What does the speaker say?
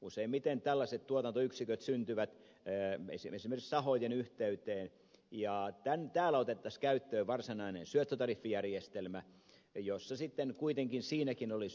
useimmiten tällaiset tuotantoyksiköt syntyvät esimerkiksi sahojen yhteyteen ja täällä otettaisiin käyttöön varsinainen syöttötariffijärjestelmä jossa kuitenkin siinäkin olisi yläraja